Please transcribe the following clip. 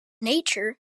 nature